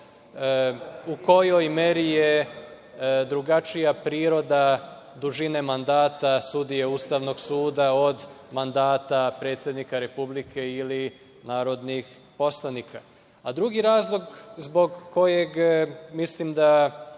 u kojoj meri je drugačija priroda dužine mandata sudija Ustavnog suda od mandata predsednika Republike ili narodnih poslanika. Drugi razlog zbog kojeg mislim da